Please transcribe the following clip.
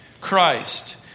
Christ